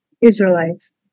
israelites